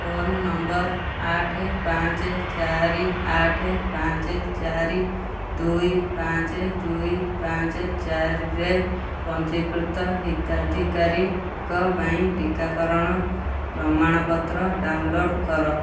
phone number ଆଠ ପାଞ୍ଚ ଚାରି ଆଠ ପାଞ୍ଚ ଚାରି ଦୁଇ ପାଞ୍ଚ ଦୁଇ ପାଞ୍ଚ ଚାରିରେ ପଞ୍ଜୀକୃତ ହିତାଧିକାରୀଙ୍କ ପାଇଁ ଟିକାକରଣ ପ୍ରମାଣପତ୍ର ଡାଉନଲୋଡ଼୍ କର